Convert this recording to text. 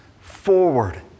forward